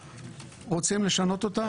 רוצים לשנות אותה?